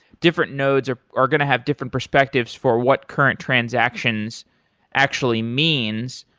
different nodes are are going to have different perspectives for what current transactions actually means,